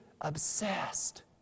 obsessed